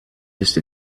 just